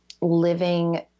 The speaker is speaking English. living